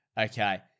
Okay